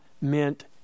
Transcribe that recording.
meant